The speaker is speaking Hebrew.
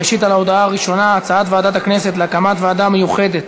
ראשית על ההודעה הראשונה: הצעת ועדת הכנסת להקים ועדה מיוחדת